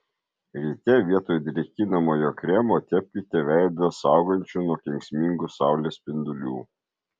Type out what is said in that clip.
ryte vietoj drėkinamojo kremo tepkite veidą saugančiu nuo kenksmingų saulės spindulių